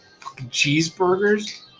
cheeseburgers